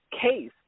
case